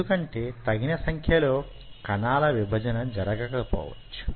ఎందుకంటే తగినంత సంఖ్యలో కణాల విభజన జరగకపోవచ్చు